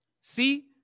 see